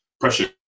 pressure